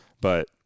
but-